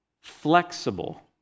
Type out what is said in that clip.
flexible